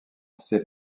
ses